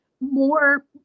more